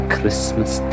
Christmas